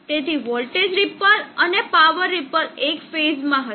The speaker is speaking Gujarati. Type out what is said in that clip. તેથી વોલ્ટેજ રીપલ અને પાવર રીપલ એક ફેઝમાં હશે